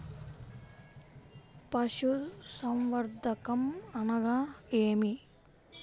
పశుసంవర్ధకం అనగా ఏమి?